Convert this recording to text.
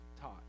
taught